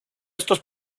estos